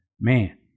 man